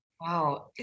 Wow